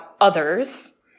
others